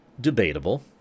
Debatable